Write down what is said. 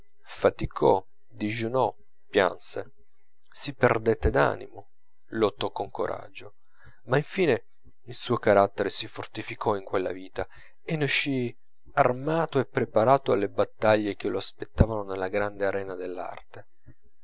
faticò digiunò pianse si perdette d'animo lottò con coraggio ma infine il suo carattere si fortificò in quella vita e ne uscì armato e preparato alle battaglie che lo aspettavano nella grande arena dell'arte